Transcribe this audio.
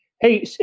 Hey